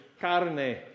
carne